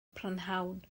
prynhawn